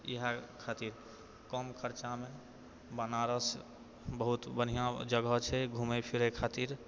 इएह खातिर कम खर्चामे बनारस बहुत बढ़िआँ जगह छै घुमै फिरै खातिर